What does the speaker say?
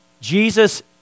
Jesus